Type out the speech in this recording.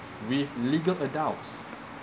with legal adults